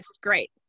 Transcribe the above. great